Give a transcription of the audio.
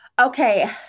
okay